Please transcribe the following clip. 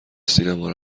سینما